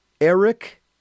Eric